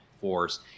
force